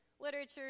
literature